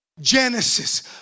Genesis